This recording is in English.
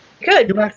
Good